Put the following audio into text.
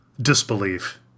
Disbelief